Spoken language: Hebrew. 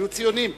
היו ציונים.